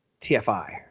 TFI